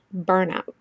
burnout